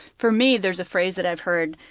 for me, there's a phrase that i've heard